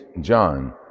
John